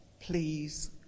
please